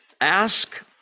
ask